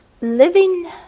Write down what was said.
living